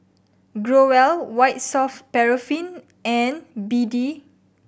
Growell White Soft Paraffin and B D